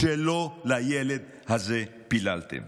שלא לילד הזה פיללתם.